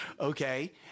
Okay